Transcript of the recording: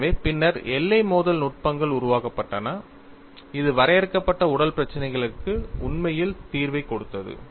எனவே பின்னர் எல்லை மோதல் நுட்பங்கள் உருவாக்கப்பட்டன இது வரையறுக்கப்பட்ட உடல் பிரச்சினைகளுக்கு உண்மையில் தீர்வைக் கொடுத்தது